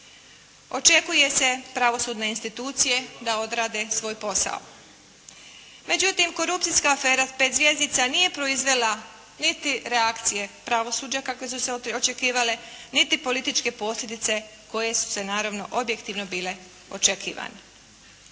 Očekuje se pravosudne institucije da odrade svoj posao. Međutim, korupcijska afera s 5 zvjezdica nije proizvela niti reakcije pravosuđa kakve su se očekivale, niti političke posljedice koje su se naravno objektivno bile očekivane.